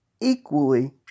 equally